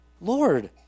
Lord